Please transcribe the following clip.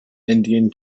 indian